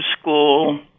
school